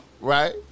Right